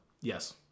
Yes